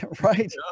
Right